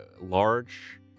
large